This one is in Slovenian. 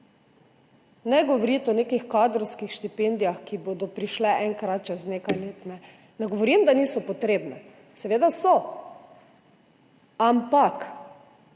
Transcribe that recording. Ne govoriti o nekih kadrovskih štipendijah, ki bodo prišle enkrat čez nekaj let. Ne govorim, da niso potrebne, seveda so, ampak